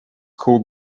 called